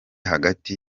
hagati